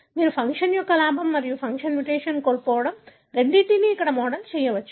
మీరు ఫంక్షన్ యొక్క లాభం మరియు ఫంక్షన్ మ్యుటేషన్ కోల్పోవడం రెండింటినీ ఇక్కడ మోడల్ చేయవచ్చు